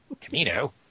Camino